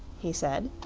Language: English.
he said,